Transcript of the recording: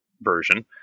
version